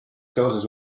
seoses